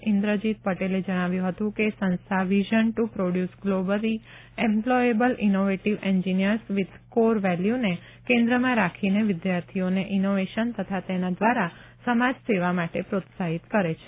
ઇન્દ્રજીત પટેલે જણાવ્યું હતું કે સંસ્થા vision to produce globally employable innovative engineers with core વેલ્યુને કેન્દ્રમાં રાખીને વિદ્યાર્થીઓને ઇનોવેશન તથા તેના દ્વારા સમાજસેવા માટે પ્રોત્સાહિત કરે છે